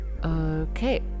Okay